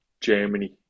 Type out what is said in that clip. Germany